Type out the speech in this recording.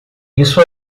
isso